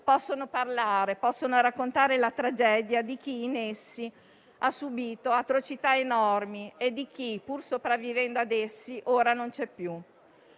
possono parlare, possono raccontare la tragedia di chi in essi ha subito atrocità enormi e di chi, pur sopravvivendo ad essi, ora non c'è più.